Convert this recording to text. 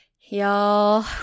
Y'all